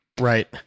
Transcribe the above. Right